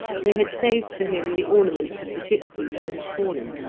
they had saved for him the ornaments of the gipsies who had fallen,